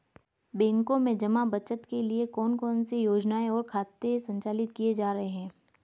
बैंकों में जमा बचत के लिए कौन कौन सी योजनाएं और खाते संचालित किए जा रहे हैं?